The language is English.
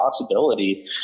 possibility